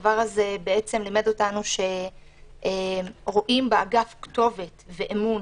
זה לימד אותנו שרואים באגף כתובת ונותנים בו אמון.